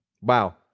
Wow